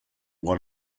what